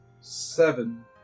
Seven